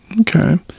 Okay